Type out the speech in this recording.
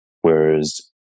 whereas